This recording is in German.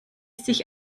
sich